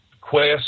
quest